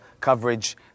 coverage